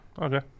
Okay